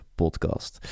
podcast